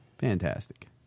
Fantastic